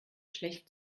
schlecht